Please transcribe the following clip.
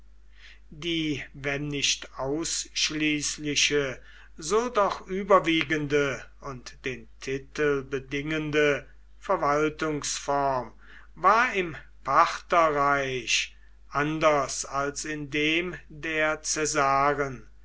die wenn nicht ausschließliche so doch überwiegende und den titel bedingende verwaltungsform war im partherreich anders als in dem der